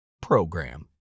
PROGRAM